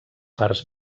parts